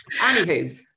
anywho